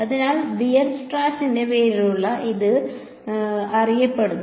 അതിനാൽ വീയർസ്ട്രാസിന്റെ പേരിലാണ് ഇത് അറിയപ്പെടുന്നത്